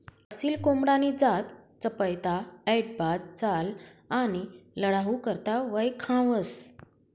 असील कोंबडानी जात चपयता, ऐटबाज चाल आणि लढाऊ करता वयखावंस